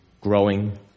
growing